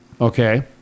okay